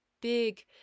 big